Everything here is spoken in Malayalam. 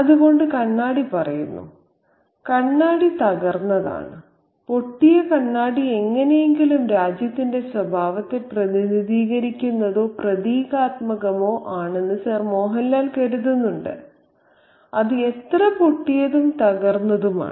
അതുകൊണ്ട് കണ്ണാടി പറയുന്നു കണ്ണാടി തകർന്നതാണ് പൊട്ടിയ കണ്ണാടി എങ്ങനെയെങ്കിലും രാജ്യത്തിന്റെ സ്വഭാവത്തെ പ്രതിനിധീകരിക്കുന്നതോ പ്രതീകാത്മകമോ ആണെന്ന് സർ മോഹൻലാൽ കരുതുന്നു അത് എത്ര പൊട്ടിയതും തകർന്നതുമാണ്